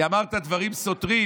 כי אמרת דברים סותרים.